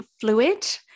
fluid